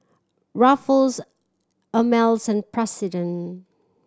Ruffles Ameltz and President